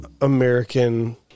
American